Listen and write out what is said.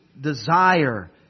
desire